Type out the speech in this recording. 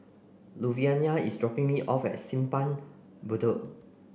Luvinia is dropping me off at Simpang Bedok